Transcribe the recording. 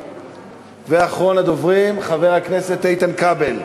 ואחרון הדוברים, חבר הכנסת איתן כבל.